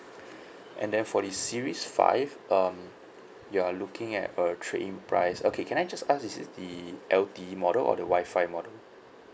and then for the series five um you are looking at a trade in price okay can I just ask is it the L T E model or the wi-fi model